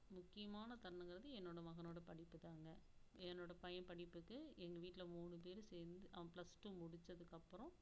முக்கியமான தருணங்கிறது என்னோட மகனோடய படிப்பு தாங்க என்னோடய பையன் படிப்புக்கு எங்கள் வீட்டில் மூணு பேரும் சேர்ந்து அவன் பிளஸ் டூ முடிச்சதுக்கப்புறோம்